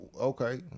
okay